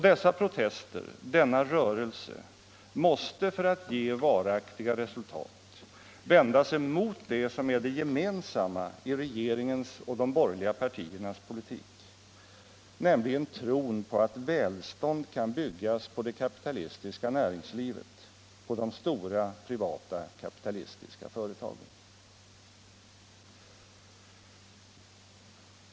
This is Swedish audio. Dessa protester, denna rörelse, måste för att ge varaktiga resultat vända sig mot det som är det gemensamma i regeringens och de borgerliga partiernas politik, nämligen tron på att välstånd kan byggas på det kapitalistiska näringslivet, på de stora, privata, kapitalistiska företagen.